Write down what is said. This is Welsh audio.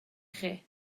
chi